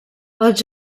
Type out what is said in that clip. els